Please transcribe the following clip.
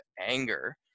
anger